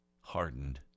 hardened